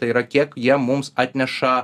tai yra kiek jie mums atneša